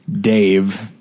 dave